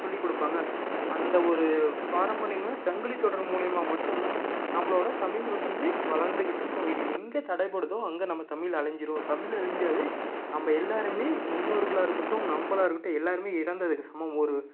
சொல்லி கொடுப்பாங்க அந்த ஒரு பாரம்பரியமான சங்கிலித் தொடர் மூலிமா மட்டும் தான் நம்மளோட தமிழ் வந்து வளர்ந்துக்கிட்ருக்கும் இது எங்கே தடைப்படுதோ அங்கே நம்ம தமிழ் அழிஞ்சிரும் தமிழ் அழிஞ்சாவே நம்ம எல்லாரும் முன்னோர்களாக இருக்கட்டும் நம்மளா இருக்கட்டும் எல்லாரும் இறந்ததுக்கு சமம் ஒரு